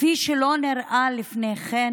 כפי שלא נראה לפני כן